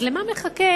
אז למה מחכה